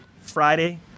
Friday